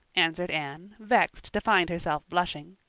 answered anne, vexed to find herself blushing.